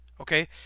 Okay